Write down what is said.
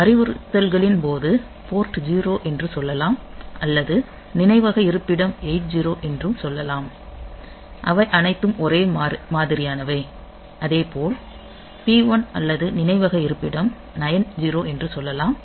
அறிவுறுத்தல்களின் போது போர்ட் 0 என்று சொல்லலாம் அல்லது நினைவக இருப்பிடம் 80 என்றும் சொல்லலாம் அவை அனைத்தும் ஒரே மாதிரியானவை அதே போல் P1 அல்லது நினைவக இருப்பிடம் 90 என்று சொல்லலாம்